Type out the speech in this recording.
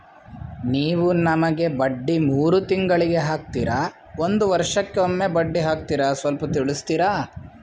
ನೀವು ನಮಗೆ ಬಡ್ಡಿ ಮೂರು ತಿಂಗಳಿಗೆ ಹಾಕ್ತಿರಾ, ಒಂದ್ ವರ್ಷಕ್ಕೆ ಒಮ್ಮೆ ಬಡ್ಡಿ ಹಾಕ್ತಿರಾ ಸ್ವಲ್ಪ ತಿಳಿಸ್ತೀರ?